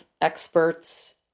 experts